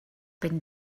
been